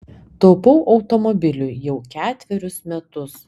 taupau automobiliui jau ketverius metus